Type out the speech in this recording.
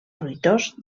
fruitós